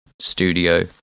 studio